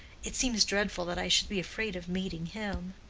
it seems dreadful that i should be afraid of meeting him.